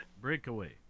Breakaway